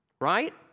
right